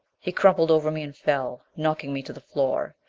he crumpled over me and fell, knocking me to the floor.